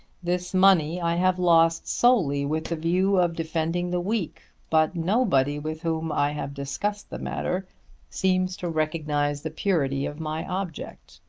this money i have lost solely with the view of defending the weak, but nobody with whom i have discussed the matter seems to recognise the purity of my object.